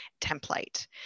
template